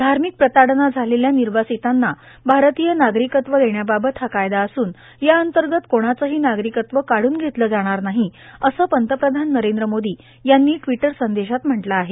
धार्मिक प्रताळणा झालेल्या निर्वासितांना भारतीय नागरिकत्व देण्याबाबत हा कायदा असून या अंतर्गत कोणाचंही नागरिकत्व कादून घेतले जाणार नाही असं पंतप्रधान नरेंद्र मोदी यांनी ट्विटर संदेशात म्हटलं आहे